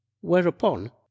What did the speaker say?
Whereupon